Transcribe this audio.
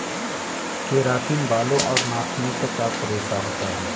keratin बालों और नाखूनों से प्राप्त रेशा होता है